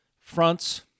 fronts